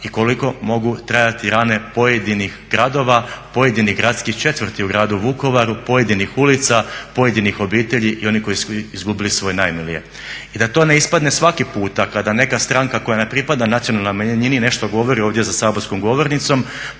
i koliko mogu trajati rane pojedinih gradova, pojedinih gradskih četvrti u gradu Vukovaru, pojedinih ulica, pojedinih obitelji i onih koji su izgubili svoje najmilije. I da to ne ispadne svaki puta kada neka stranka koja ne pripada nacionalnoj manjini nešto ovdje govori za saborskom govornicom